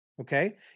Okay